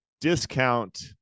discount